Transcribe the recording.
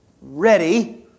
ready